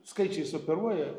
skaičiais operuoja